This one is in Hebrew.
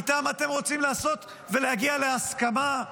איתם אתם רוצים לעשות ולהגיע להסכמה?